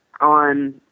on